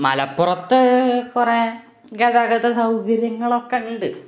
മലപ്പുറത്ത് കുറേ ഗതാഗത സൗകര്യങ്ങളൊക്കെയുണ്ട്